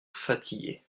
fatigué